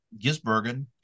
Gisbergen